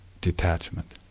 detachment